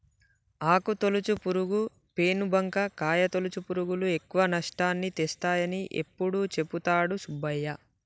ఆకు తొలుచు పురుగు, పేను బంక, కాయ తొలుచు పురుగులు ఎక్కువ నష్టాన్ని తెస్తాయని ఎప్పుడు చెపుతాడు సుబ్బయ్య